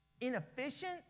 inefficient